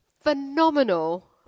Phenomenal